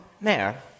mayor